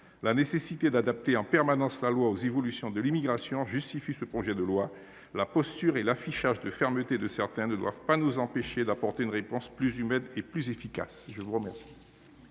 La nécessité d’adapter en permanence la loi aux évolutions de l’immigration justifie ce projet de loi. La posture et l’affichage de fermeté de certains ne doivent pas nous empêcher d’apporter une réponse plus humaine et plus efficace. La parole